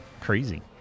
crazy